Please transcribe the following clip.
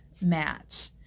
match